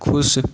खुश